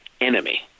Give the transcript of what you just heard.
enemy